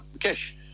cash